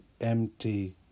empty